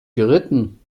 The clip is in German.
geritten